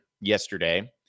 yesterday